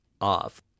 off